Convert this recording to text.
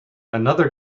another